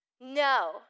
No